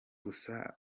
gusa